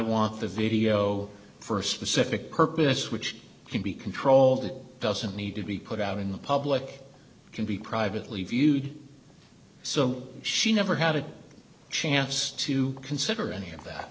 want the video for a specific purpose which can be controlled it doesn't need to be put out in the public can be privately viewed so she never had a chance to consider any of that